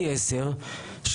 C10,